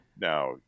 now